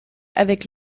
avec